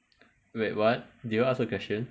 wait what did you ask a question